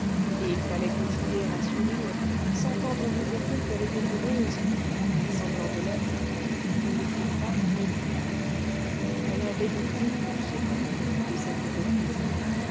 et il fallait continuer à sourire s'entendre répéter qu'elle était heureuse faire semblant de l'être le laisser croire elle avait des dégoûts cependant de cette hypocrisie